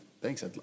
thanks